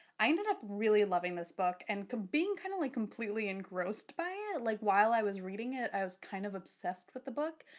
i ended up really loving this book and being kind of like completely engrossed by it. like while i was reading it, i was kind of obsessed with the book,